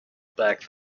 back